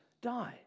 die